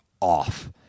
off